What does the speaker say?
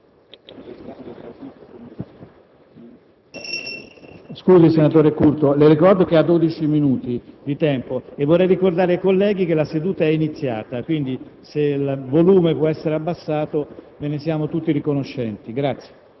Senatore Curto, le ricordo che ha dodici minuti di tempo, Vorrei invece ricordare ai colleghi che la seduta è iniziata, per cui, se il volume può essere abbassato, ve ne siamo tutti riconoscenti.